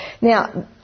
Now